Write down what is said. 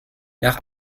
nach